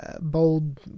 bold